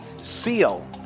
Seal